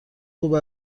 خوب